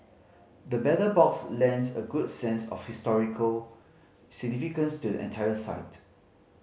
the Battle Box lends a good sense of historical significance to the entire site